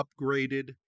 upgraded